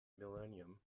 millennium